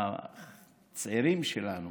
הצעירים שלנו